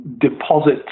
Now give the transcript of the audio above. deposit